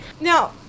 now